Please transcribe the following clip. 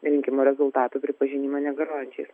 rinkimų rezultatų pripažinimą negaliojančiais